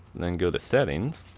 then go to settings.